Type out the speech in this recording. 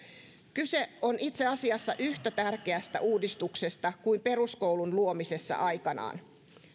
kyse on itse asiassa yhtä tärkeästä uudistuksesta kuin peruskoulun luomisessa aikanaan